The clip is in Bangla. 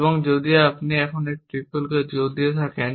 এবং যদি আপনি এখানে একটি ট্রিপলকে জোর দিয়ে থাকেন